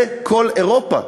זה כל אירופה.